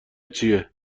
چیه